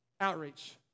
outreach